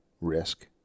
risk